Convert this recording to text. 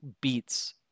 beats